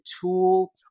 tool